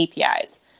APIs